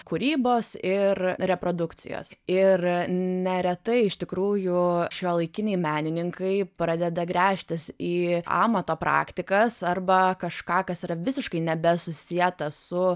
kūrybos ir reprodukcijos ir neretai iš tikrųjų šiuolaikiniai menininkai pradeda gręžtis į amato praktikas arba kažką kas yra visiškai nebesusieta su